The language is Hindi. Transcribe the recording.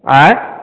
अएं